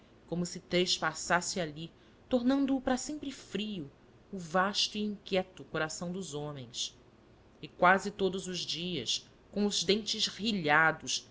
como se trespassasse ali tornando-o para sempre frio o vasto e inquieto coração dos homens e quase todos os dias com os dentes